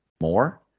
more